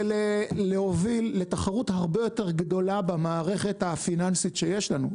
להוביל לתחרות הרבה יותר גדולה במערכת הפיננסית שיש לנו.